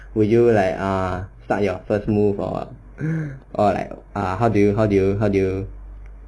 would you like err start your first move or or like how do you how do you